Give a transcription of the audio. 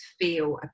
feel